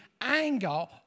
anger